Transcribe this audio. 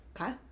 Okay